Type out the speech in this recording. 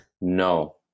No